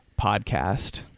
podcast